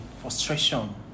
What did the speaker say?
frustration